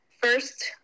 first